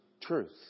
truth